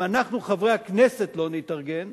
אם אנחנו, חברי הכנסת, לא נתארגן,